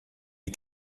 you